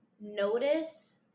notice